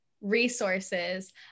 resources